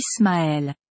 Ismaël